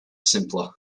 simpler